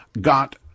got